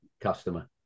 customer